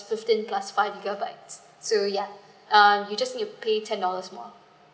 fifteen plus five gigabytes so ya uh you just need to pay ten dollars more